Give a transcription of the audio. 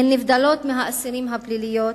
הן נבדלות מהאסירות הפליליות,